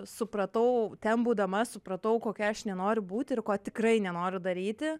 supratau ten būdama supratau kokia aš nenoriu būt ir ko tikrai nenoriu daryti